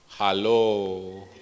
Hello